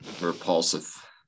Repulsive